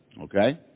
okay